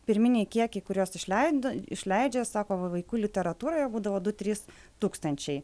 pirminiai kiekiai kuriuos išleido išleidžia sako va vaikų literatūroje būdavo du trys tūkstančiai